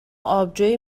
آبجوی